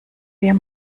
wir